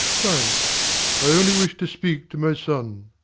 thanks i only wish to speak to my son.